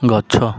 ଗଛ